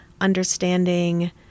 understanding